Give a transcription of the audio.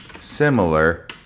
similar